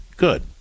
good